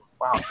Wow